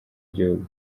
igihugu